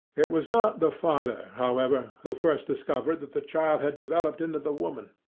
it was not the father, however, who first discovered that the child had developed into the woman.